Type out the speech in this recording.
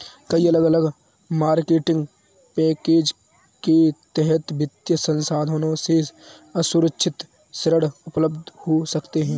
कई अलग अलग मार्केटिंग पैकेज के तहत वित्तीय संस्थानों से असुरक्षित ऋण उपलब्ध हो सकते हैं